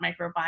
microbiome